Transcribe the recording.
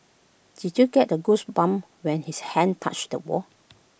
did you get the goosebumps when his hand touched the wall